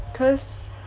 cause